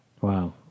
Wow